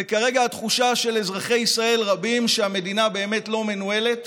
וכרגע התחושה של אזרחי ישראל רבים היא שהמדינה באמת לא מנוהלת